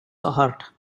heart